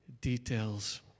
details